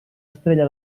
estrella